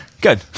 Good